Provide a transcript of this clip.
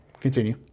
Continue